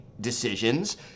decisions